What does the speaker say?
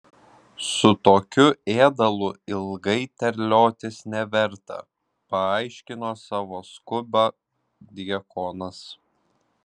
su tokiu ėdalu ilgai terliotis neverta paaiškino savo skubą diakonas